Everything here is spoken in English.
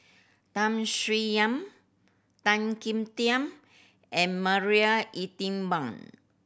Tham Sien Yen Tan Kim Tian and Marie Ethel Bong